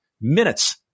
Minutes